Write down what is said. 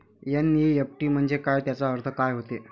NEFT म्हंजे काय, त्याचा अर्थ काय होते?